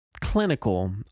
clinical